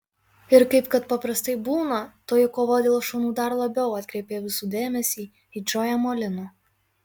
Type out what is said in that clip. ir kaip kad paprastai būna toji kova dėl šunų dar labiau atkreipė visų dėmesį į džoją molino